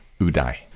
Uday